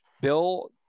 Bill